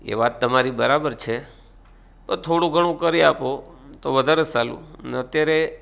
એ વાત તમારી બરાબર છે પર થોડું ઘણું કરી આપો તો વધારે સારું ને અત્યારે